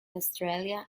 australia